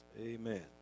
Amen